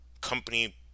company